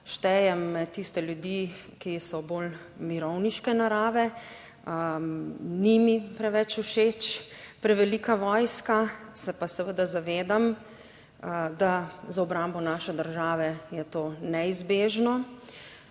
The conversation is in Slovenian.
štejem med tiste ljudi, ki so bolj mirovniške narave, ni mi preveč všeč prevelika vojska, se pa seveda zavedam, da za obrambo naše države je to neizbežno.